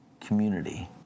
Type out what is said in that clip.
community